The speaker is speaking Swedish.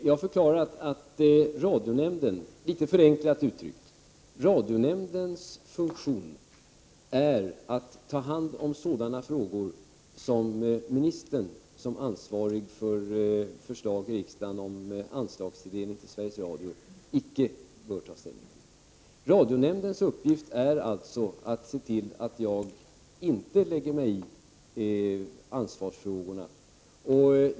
Jag har förklarat att radionämndens funktion — litet förenklat uttryckt — är att ta hand om sådana frågor som den minister som är ansvarig för förslag i riksdagen om anslagstilldelning till Sverigs Radio icke bör ta ställning till. Radionämndens uppgift är alltså att se till att jag inte lägger mig i ansvarsfrågorna.